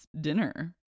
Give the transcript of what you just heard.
dinner